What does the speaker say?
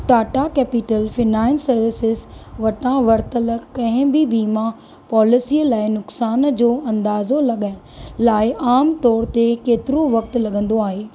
Tata capital finance services वटां वरितल कंहिं बि बीमा पॉलिसीअ लाइ नुक़सान जो अंदाज़ो लॻाइण लाइ आमतोर ते केतिरो वक़्तु लॻंदो आहे